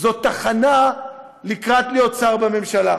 זאת תחנה לקראת להיות שר בממשלה.